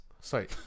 Sorry